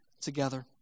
together